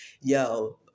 yo